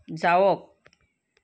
যাওক